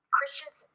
Christians